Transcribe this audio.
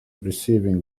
receiving